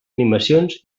animacions